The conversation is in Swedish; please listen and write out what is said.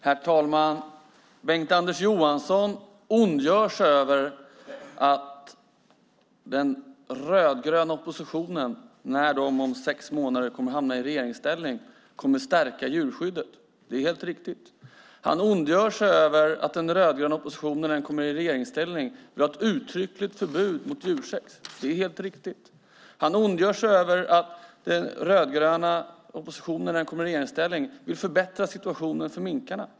Herr talman! Bengt-Anders Johansson ondgör sig över att den rödgröna oppositionen, när den om sex månader kommer att hamna i regeringsställning, kommer att stärka djurskyddet. Det är helt riktigt. Han ondgör sig över att den rödgröna oppositionen när den kommer i regeringsställning vill ha ett uttryckligt förbud mot djursex. Det är helt riktigt. Han ondgör sig över att den rödgröna oppositionen när den kommer i regeringsställning vill förbättra situationen för minkarna.